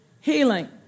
Healing